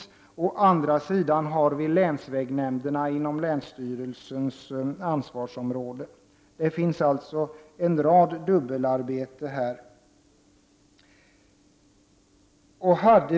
Å den andra sidan har vi länsvägsnämnderna inom länsstyrelsens ansvarsområde. Det finns alltså en rad dubbelarbete i detta sammanhang.